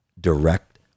direct